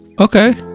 Okay